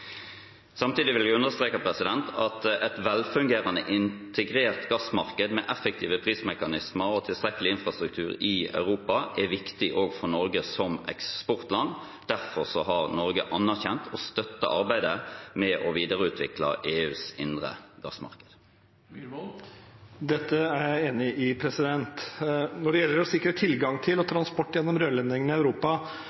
Samtidig vil jeg understreke at et velfungerende integrert gassmarked med effektive prismekanismer og tilstrekkelig infrastruktur i Europa også er viktig for Norge som eksportland. Derfor har Norge anerkjent og støttet arbeidet med å videreutvikle EUs indre gassmarked. Dette er jeg enig i. Når det gjelder å sikre tilgang til og